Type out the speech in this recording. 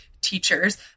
teachers